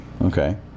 okay